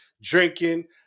drinking